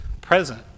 present